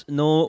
no